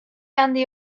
handi